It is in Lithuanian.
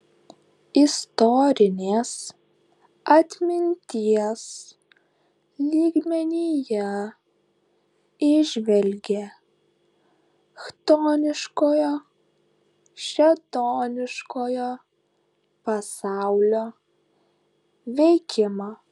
istorinės atminties lygmenyje įžvelgė chtoniškojo šėtoniškojo pasaulio veikimą